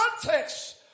context